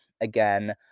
Again